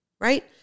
Right